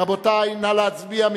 רבותי, נא להצביע.